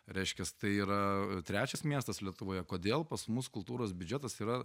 reiškias tai yra trečias miestas lietuvoje kodėl pas mus kultūros biudžetas yra